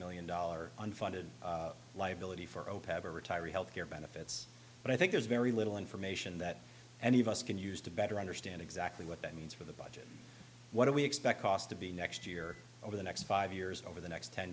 million dollars unfunded liability for opeth a retiree health care benefits but i think there's very little information that any of us can use to better understand exactly what that means for the budge what do we expect cost to be next year over the next five years over the next ten